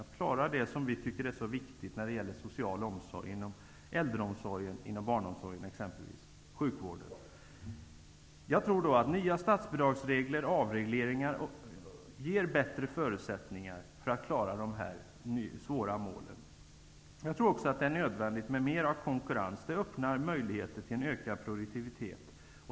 Det gäller att klara det som vi tycker är så viktigt när det gäller social omsorg inom t.ex. Jag tror att nya statsbidragsregler och avregleringar ger bättre förutsättningar för att klara dessa svåra mål. Jag tror också att det är nödvändigt med mer konkurrens, som öppnar möjligheter till en ökad produktivitet.